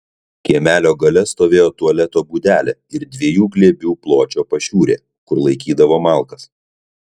kiemelio gale stovėjo tualeto būdelė ir dviejų glėbių pločio pašiūrė kur laikydavo malkas